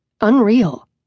Unreal